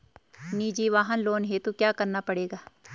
निजी वाहन लोन हेतु क्या करना पड़ेगा?